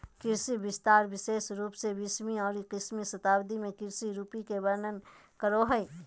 कृषि विस्तार विशेष रूप से बीसवीं और इक्कीसवीं शताब्दी में कृषि भूमि के वर्णन करो हइ